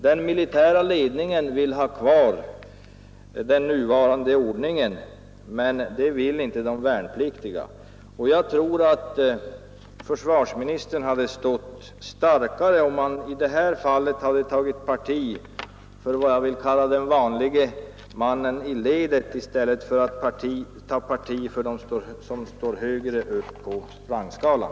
Den militära ledningen vill ha kvar den nuvarande ordningen, men det vill inte de värnpliktiga. Och jag tror att försvarsministern hade stått starkare, om han i det här fallet tagit parti för vad jag vill kalla den vanlige mannen i ledet i stället för att ta parti för dem som står högre upp på rangskalan.